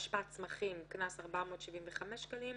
אשפת צמחים 475 שקלים,